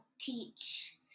teach